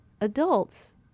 Adults